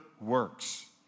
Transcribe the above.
works